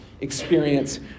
experience